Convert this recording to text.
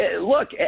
look